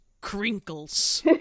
Crinkles